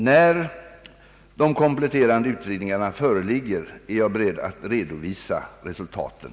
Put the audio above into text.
När de kompletta utredningarna föreligger är jag beredd att redovisa resultaten.